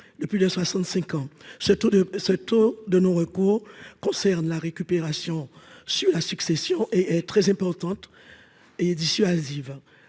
de 65 ans, ce taux de ce taux de non-recours concerne la récupération sur la succession est très importante et dissuasive,